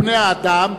בני-האדם,